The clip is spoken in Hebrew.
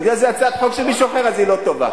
בגלל שזה הצעת חוק של מישהו אחר, אז היא לא טובה.